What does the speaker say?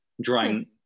drawing